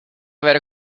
ver